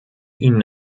ihnen